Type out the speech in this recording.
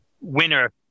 winner